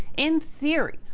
in theory,